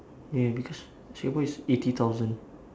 ya because singapore is eighty thousand